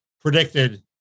predicted